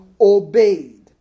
obeyed